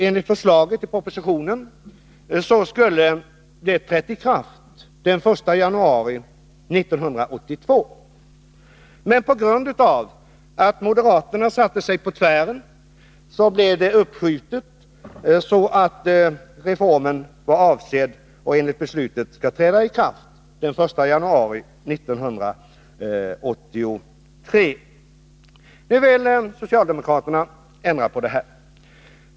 Enligt förslaget i propositionen skulle bestämmelserna ha trätt i kraft den 1 januari 1982, men på grund av att moderaterna satte sig på tvären blev det uppskjutet så att reformen enligt beslutet nu skall träda i kraft den 1 januari 1983. Nu vill socialdemokraterna ändra på detta.